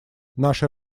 наши